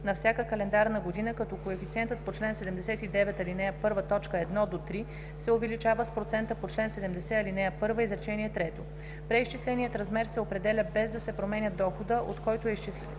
на всяка календарна година, като коефициентът по чл. 79, ал. 1, т. 1 – 3 се увеличава с процента по чл. 70, ал. 1, изречение трето. Преизчисленият размер се определя без да се променя доходът, от който е изчислена